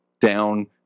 down